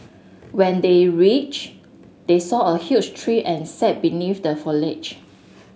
when they reached they saw a huge tree and sat beneath the foliage